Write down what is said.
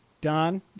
Don